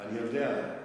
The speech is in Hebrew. אני יודע.